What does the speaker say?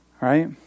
Right